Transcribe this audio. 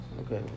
Okay